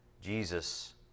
Jesus